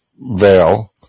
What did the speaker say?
veil